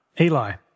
Eli